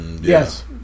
Yes